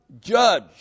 judge